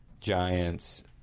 giants